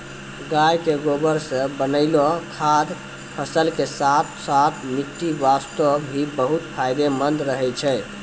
गाय के गोबर सॅ बनैलो खाद फसल के साथॅ साथॅ मिट्टी वास्तॅ भी बहुत फायदेमंद रहै छै